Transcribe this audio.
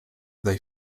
they